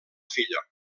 filla